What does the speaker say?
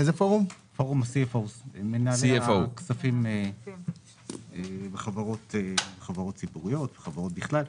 הם מנהלי הכספים בחברות ציבוריות ובחברות בכלל.